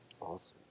Awesome